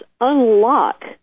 unlock